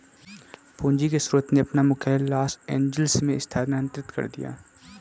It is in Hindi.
पूंजी के स्रोत ने अपना मुख्यालय लॉस एंजिल्स में स्थानांतरित कर दिया